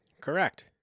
Correct